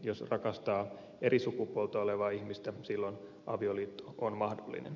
jos rakastaa eri sukupuolta olevaa ihmistä silloin avioliitto on mahdollinen